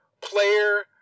player